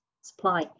supply